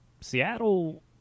Seattle